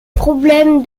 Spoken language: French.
problèmes